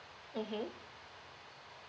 mmhmm